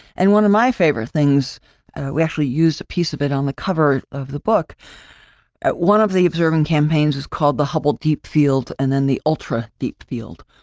and one of my favorite things we actually used a piece of it on the cover of the book one of the observing campaigns was called the hubble deep field, and then the ultra deep field.